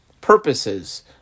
purposes